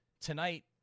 tonight